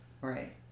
Right